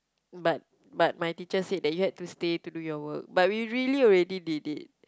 but but my teacher said that you had to stay to do your work but we really already did it